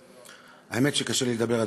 האמת שקשה לי לדבר.